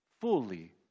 fully